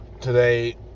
today